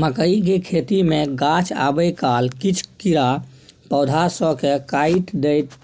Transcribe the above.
मकई के खेती मे गाछ आबै काल किछ कीरा पौधा स के काइट दैत